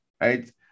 right